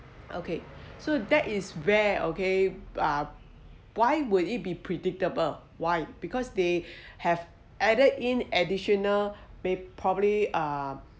okay so that is rare okay why would it be predictable why because they have added in additional may probably uh